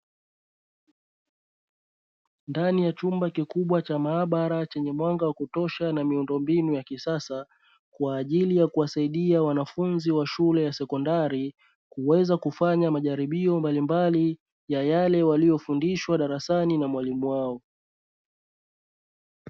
Ndani ya chumba kikubwa cha maabara chenye mwanga wa kutosha na miundombinu ya kisasa kwa ajili ya kuwasaidia wanafunzi wa shule ya sekondari kuweza kufanya majaribio mbalimbali ya yale waliyofundishwa darasani na mwalimu wao.